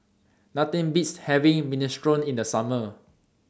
Nothing Beats having Minestrone in The Summer